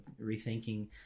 rethinking